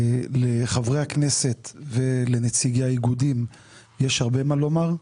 לחברי הכנסת ולנציגי האיגודים יש הרבה מה לומר.